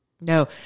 No